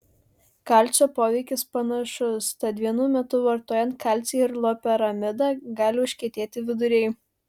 kalcio poveikis panašus tad vienu metu vartojant kalcį ir loperamidą gali užkietėti viduriai